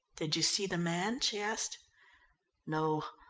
did you see the man? she asked. no.